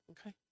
Okay